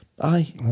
Aye